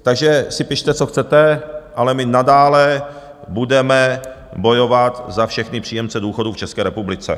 Takže si pište, co chcete, ale my nadále budeme bojovat za všechny příjemce důchodů v České republice.